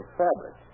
fabric